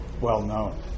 well-known